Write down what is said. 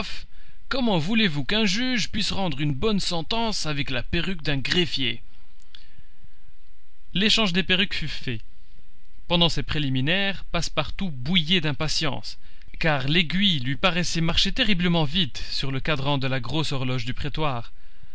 comment voulez-vous qu'un juge puisse rendre une bonne sentence avec la perruque d'un greffier l'échange des perruques fut fait pendant ces préliminaires passepartout bouillait d'impatience car l'aiguille lui paraissait marcher terriblement vite sur le cadran de la grosse horloge du prétoire